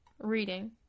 reading